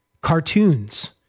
cartoons